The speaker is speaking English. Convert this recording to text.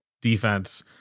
Defense